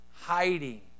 hiding